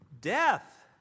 Death